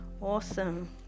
Awesome